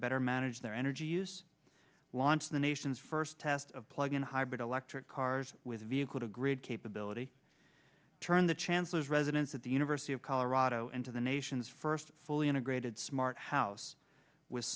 better manage their energy use launch the nation's first test of plug in hybrid electric cars with vehicle to grid capability turn the chancellor's residence at the university of colorado into the nation's first fully integrated smart house with